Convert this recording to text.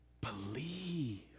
Believe